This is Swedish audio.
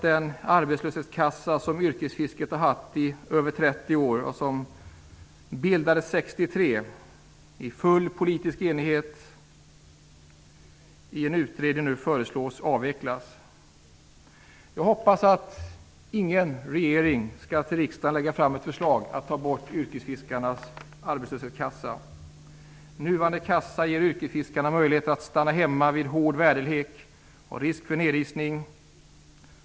Den arbetslöshetskassa som yrkesfiskarna har haft i över Jag hoppas att ingen regering lägger fram ett förslag till riksdagen om att ta bort yrkesfiskarnas arbetslöshetskassa. Nuvarande kassa ger yrkesfiskarna möjlighet att stanna hemma vid hård väderlek och då det finns risk för nedisning.